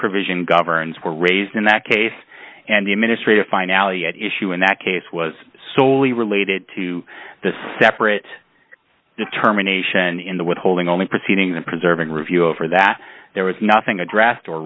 provision governs were raised in that case and the administrative finality at issue in that case was solely related to the separate determination in the withholding only proceeding the preserving review over that there was nothing a draft or